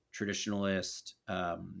traditionalist